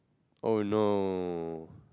oh no